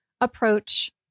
approach